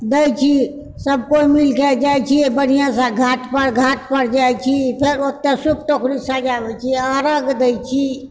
दए छी सब केओ मिलके जाइत छिए बढ़िआँसँ घाट पर घाट पर जाइत छी फिर ओतए सूप टोकरी सजाबए छी अरघ दए छी